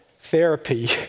therapy